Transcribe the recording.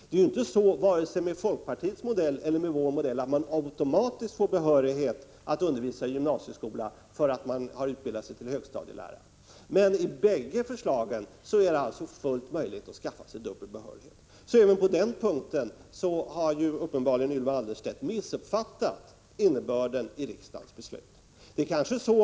Man får ju inte, vare sig med folkpartiets modell eller med vår modell, automatiskt behörighet att undervisa i gymnasieskolan därför att man har utbildat sig till högstadielärare. Men enligt bägge förslagen är det fullt möjligt att skaffa sig dubbel behörighet. Även på den punkten har Ylva Annerstedt uppenbarligen missuppfattat innebörden i riksdagens beslut.